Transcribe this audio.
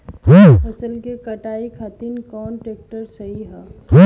फसलों के कटाई खातिर कौन ट्रैक्टर सही ह?